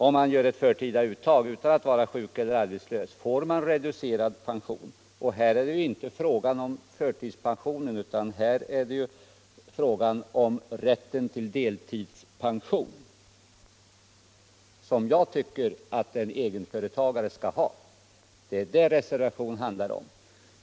Om man gör ett förtida uttag utan att vara sjuk eller arbetslös får man reducerad pension. Här är det inte fråga om förtidspension utan om rätt till deltidspension, och det tycker jag att en egenföretagare skall ha. Det är vad reservationen handlar om.